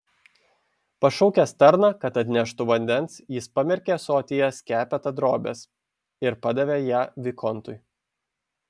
pašaukęs tarną kad atneštų vandens jis pamerkė ąsotyje skepetą drobės ir padavė ją vikontui